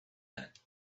that